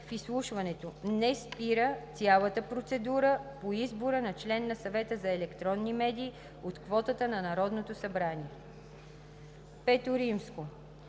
в изслушването не спира цялата процедура по избора на член на Съвета за електронни медии от квотата на Народното събрание. V. Избор